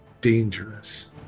dangerous